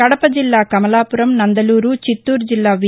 కడపజిల్లా కమలాపురం నందలూరు చిత్తూరు జిల్లా వి